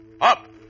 Up